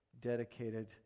dedicated